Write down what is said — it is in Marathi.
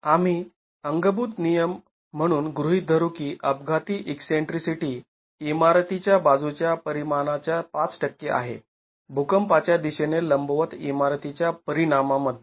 आम्ही अंगभूत नियम म्हणून गृहीत धरू की अपघाती ईकसेंट्रीसिटी इमारतीच्या बाजूच्या परिमाणा च्या ५ टक्के आहे भुकंपाच्या दिशेने लंबवत इमारतीच्या परिणामामध्ये